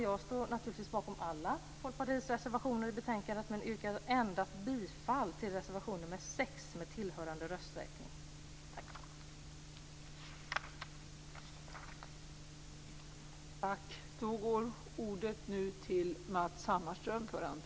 Jag står naturligtvis bakom alla Folkpartiets reservationer i betänkandet, men yrkar bifall endast till reservation 6 med tillhörande rösträkning.